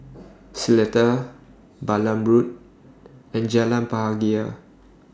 Seletar Balam Road and Jalan Bahagia